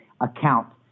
account